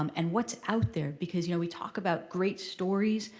um and what's out there. because you know we talk about great stories.